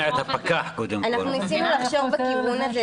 אנחנו ניסינו לחשוב בכיוון הזה.